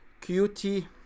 QT